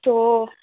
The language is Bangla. তো